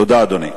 תודה, אדוני.